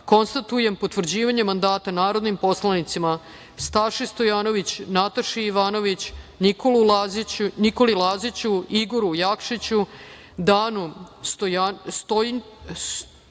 konstatovali potvrđivanje mandata narodnim poslanicima Staši Stojanović, Nataši Ivanović, Nikoli Laziću, Igoru Jakšiću, Danu Stanojčiću,